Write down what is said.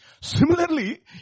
Similarly